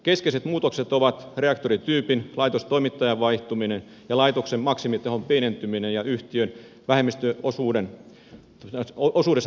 keskeiset muutokset ovat reaktorityypin ja laitostoimittajan vaihtuminen laitoksen maksimitehon pienentyminen ja yhtiön vähemmistöomistuksessa tapahtuneet muutokset